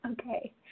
Okay